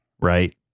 right